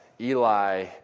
Eli